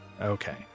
Okay